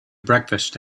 breakfast